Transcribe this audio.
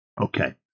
Okay